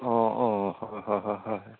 অঁ অঁ হয় হয় হয় হয় হয়